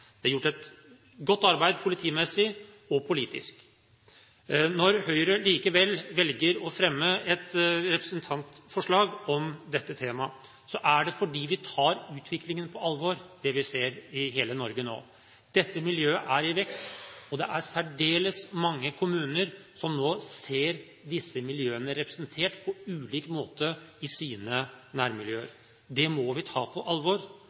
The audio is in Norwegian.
Det er gjort et godt arbeid politimessig og politisk. Når Høyre likevel velger å fremme et representantforslag om dette temaet, er det fordi vi tar utviklingen, det vi ser i hele Norge nå, på alvor. Dette miljøet er i vekst, og det er særdeles mange kommuner som nå ser disse miljøene representert på ulik måte i sine nærmiljøer. Det må vi ta på alvor.